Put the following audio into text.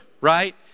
right